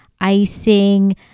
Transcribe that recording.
icing